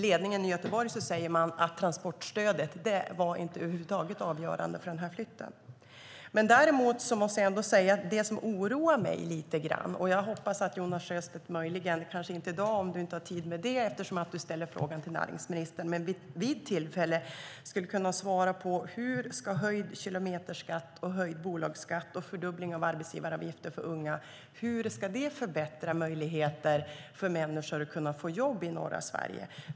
Ledningen i Göteborg säger att transportstödet över huvud taget inte var avgörande för flytten. Jag hoppas att Jonas Sjöstedt vid tillfälle kan kommentera, kanske inte i dag eftersom det är du som har ställt interpellationen till näringsministern, hur höjd kilometerskatt, höjd bolagsskatt och fördubbling av arbetsgivaravgifter för unga ska förbättra möjligheter för människor att få jobb i norra Sverige.